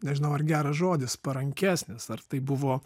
nežinau ar geras žodis parankesnis ar tai buvo